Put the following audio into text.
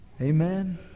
Amen